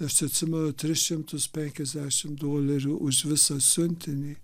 aš atsimenu tris šimtus penkiasdešim dolerių už visą siuntinį